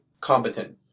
competent